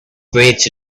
creates